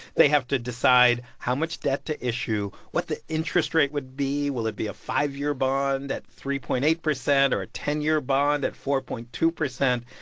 they have to decide how much debt to issue, what the interest rate would be. will it be a five-year bond at three point eight percent or a ten year bond at four point two percent?